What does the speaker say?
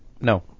no